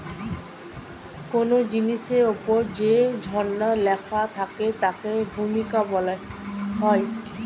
কোন জিনিসের উপর যে বর্ণনা লেখা থাকে তাকে ভূমিকা বলা হয়